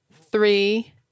Three